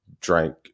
drank